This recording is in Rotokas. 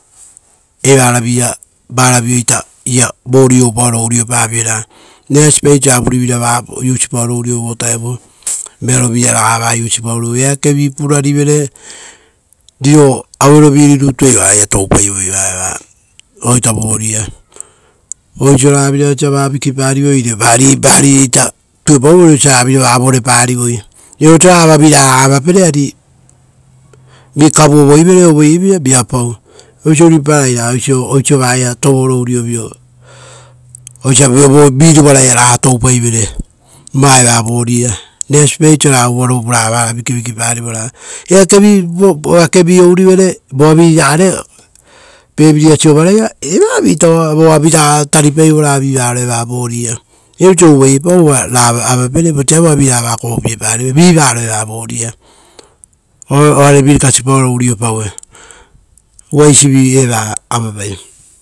Evaravi ia varao varavio iata vori ouparo uriopa viera. Reasipai oiso ra vurivira va vokapie paoro uriou vo vutao. Vearo vira ragaa vaa vokapie paoro uriou. Eakevi purarivere, riro aue rovi rutu ei oraia toupai vaeva vaoita voria. Oiso raga vira osa va vikiparivere, oire varireita tuepauvere osa raga vira va vorepa rivoi. Viapau oisora avavira raga avapere ari vikavu ovoi vere ovoi ei vira, viapau, osio ruipaparai ra oiso, oiso vaia touoro urio vio, osia viraga ruvaraia toupaivere, vaeva voria. Reasipai oisora uvaroi raga vara vikiviki pari vora. Eakevi ourive, voaviri ragare family, evoa viita uva taripaivora vivaro eva vori a, viapau oiso uvai epa ravoa avapere vosa evoa viraga taripai vora, vivaro eva vorii a, ore virikasi paoro urio paue. Uva eisivi eva avapai.